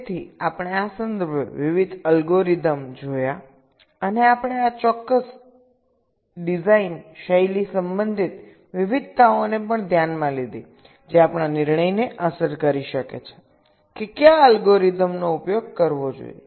તેથી આપણે આ સંદર્ભે વિવિધ અલ્ગોરીધમ જોયા અને આપણે આ ચોક્કસ ડિઝાઇન શૈલી સંબંધિત વિવિધતાઓને પણ ધ્યાનમાં લીધી જે આપણાં નિર્ણયને અસર કરી શકે છે કે કયા અલ્ગોરિધમ નો ઉપયોગ કરવો જોઈએ